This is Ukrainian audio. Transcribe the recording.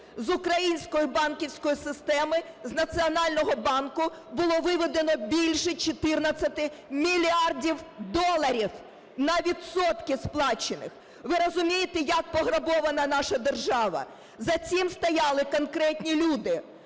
з української банківської системи, з Національного банку було виведено більше 14 мільярдів доларів на відсотки сплачених. Ви розумієте, як пограбована наша держава? За цим стояли конкретні люди: